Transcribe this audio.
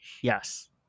Yes